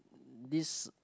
this